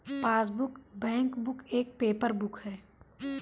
passbook, bankbook एक paper book है